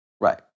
Right